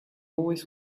always